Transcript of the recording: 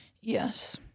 Yes